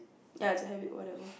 ya to have it whatever